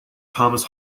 thomas